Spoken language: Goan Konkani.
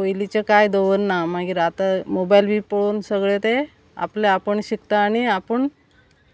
पयलींचें कांय दवरना मागीर आतां मोबायल बी पळोवन सगळें तें आपलें आपूण शिकता आनी आपूण